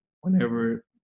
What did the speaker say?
whenever